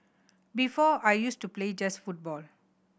before I used to play just football